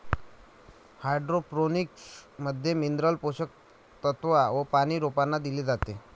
hydroponics मध्ये mineral पोषक तत्व व पानी रोपांना दिले जाते